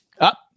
up